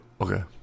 Okay